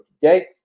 today